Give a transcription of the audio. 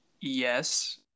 Yes